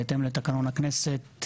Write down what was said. בהתאם לתקנון הכנסת,